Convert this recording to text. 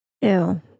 Ew